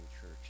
church